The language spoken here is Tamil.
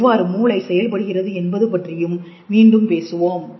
எவ்வாறு மூளை செயல்படுகிறது என்பது பற்றி மீண்டும் பேசுவோம்